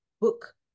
book